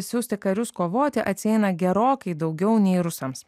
siųsti karius kovoti atsieina gerokai daugiau nei rusams